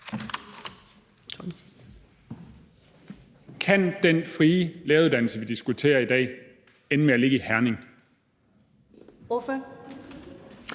Kan den frie læreruddannelse, vi diskuterer i dag, ende med at ligge i Herning? Kl.